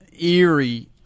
eerie